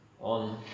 on